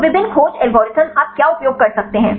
तो विभिन्न खोज एल्गोरिदम आप क्या उपयोग कर सकते हैं